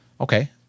Okay